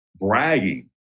bragging